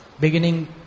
beginning